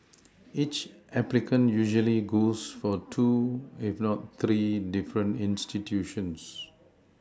each applicant usually goes for two if not three different institutions